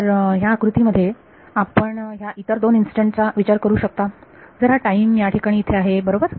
तर ह्या आकृतीमध्ये आपण ह्या इतर दोन इन्स्टंट चा विचार करू शकता जर हा टाईम या ठिकाणी इथे आहे बरोबर